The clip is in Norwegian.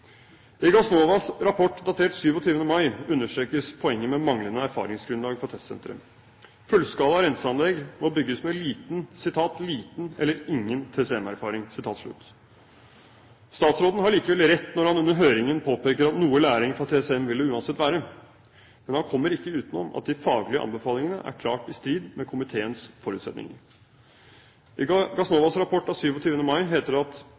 I Gassnovas rapport datert den 27. mai understrekes poenget med manglende erfaringsgrunnlag fra testsenteret. Fullskala renseanlegg må bygges med liten eller ingen TCM-erfaring. Statsråden har likevel rett når han under høringen påpeker at noe læring fra TCM vil det uansett være, men han kommer ikke utenom at de faglige anbefalingene er klart i strid med komiteens forutsetninger. I Gassnovas rapport av 27. mai heter det at